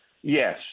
Yes